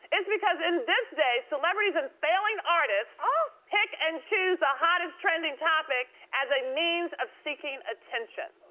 it's because in this day, celebrities and failing artists ah pick and choose the hottest trending topic as a means of seeking attention.